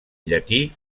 llatí